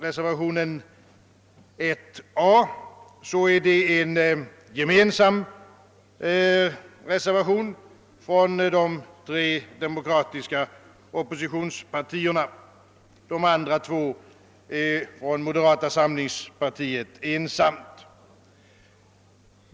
Reservationen 1 a är gemensam för representanterna från de tre demokratiska oppositionspartierna; reservationerna 1 b och 1 c har avgivits av representanter för moderata samlingspartiet.